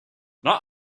not